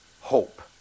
hope